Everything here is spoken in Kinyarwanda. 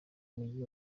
mujyi